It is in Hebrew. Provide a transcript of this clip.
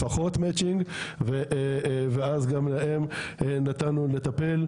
לפחות מצ'ינג ואז גם להם נתנו לטפל,